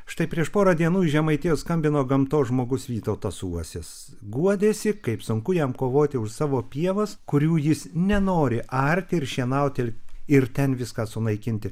štai prieš porą dienų iš žemaitijos skambino gamtos žmogus vytautas uosis guodėsi kaip sunku jam kovoti už savo pievas kurių jis nenori arti ir šienauti ir ten viską sunaikinti